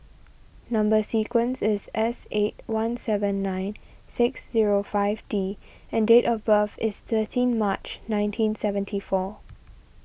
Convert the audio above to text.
Number Sequence is S eight one seven nine six zero five D and date of birth is thirteen March nineteen seventy four